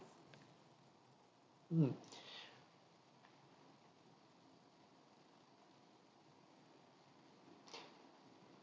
mm